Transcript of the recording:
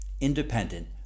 independent